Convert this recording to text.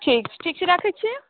ठीक छै ठीक छै राखै छियै